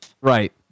Right